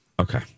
Okay